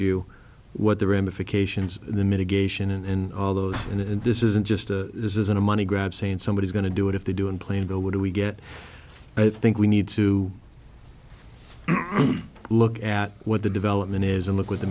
you what the ramifications the mitigation and all those and this isn't just this isn't a money grab saying somebody's going to do it if they do in plainville what do we get i think we need to look at what the development is and look at the